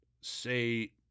say